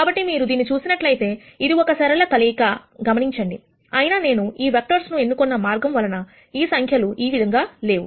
కాబట్టి మీరు దీన్ని చూసినట్లయితే ఇది ఒక సరళ కలయిక గమనించండి అయినా నేను ఈ వెక్టర్స్ ను ఎన్నుకున్న మార్గం వలన ఈ సంఖ్యలు దీని విధంగా లేవు